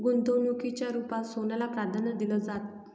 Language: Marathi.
गुंतवणुकीच्या रुपात सोन्याला प्राधान्य दिलं जातं